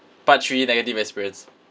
part three negative experience